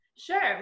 Sure